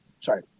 Sorry